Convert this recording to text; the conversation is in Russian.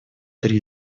три